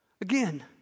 again